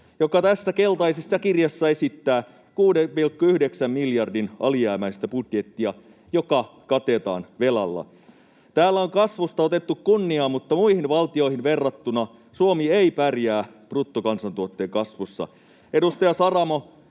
joka tässä keltaisessa kirjassa esittää 6,9 miljardin alijäämäistä budjettia, joka katetaan velalla. Täällä on kasvusta otettu kunniaa, mutta muihin valtioihin verrattuna Suomi ei pärjää bruttokansantuotteen kasvussa. Edustaja Saramo,